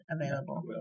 available